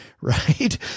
right